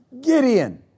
Gideon